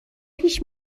پیش